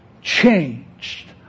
Changed